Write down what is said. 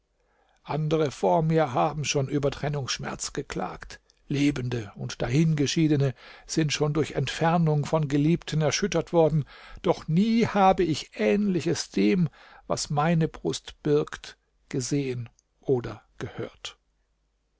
andere vor mir haben schon über trennungsschmerz geklagt lebende und dahingeschiedene sind schon durch entfernung von geliebten erschüttert worden doch nie habe ich ähnliches dem was meine brust birgt gesehen oder gehört